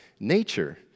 Nature